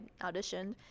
auditioned